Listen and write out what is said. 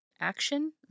action